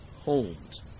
homes